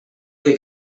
que